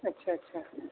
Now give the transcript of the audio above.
اچھا اچھا